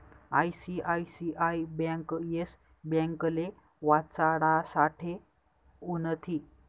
ICICI bank yes ब्यांकले वाचाडासाठे उनथी